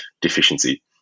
deficiency